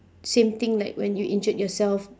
same thing like when you injured yourself